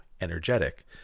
energetic